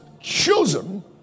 chosen